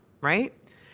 right